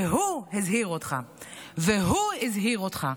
והוא הזהיר אותך והוא הזהיר אותך.